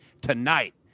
tonight